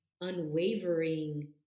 unwavering